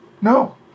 No